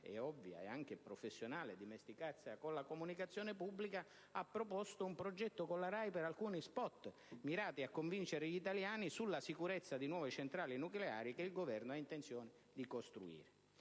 ovvia e anche professionale dimestichezza con la comunicazione pubblica, ha proposto un progetto con la RAI per alcuni *spot* mirati a convincere gli italiani della sicurezza di nuove centrali nucleari che il Governo ha intenzione di costruire.